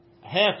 half